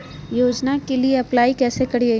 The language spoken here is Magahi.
योजनामा के लिए अप्लाई कैसे करिए?